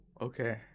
okay